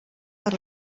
per